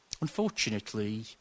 Unfortunately